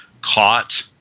caught